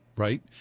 Right